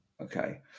Okay